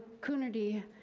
coonerty,